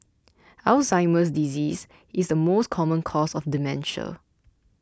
Alzheimer's disease is the most common cause of dementia